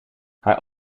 haar